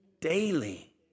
daily